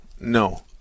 no